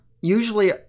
usually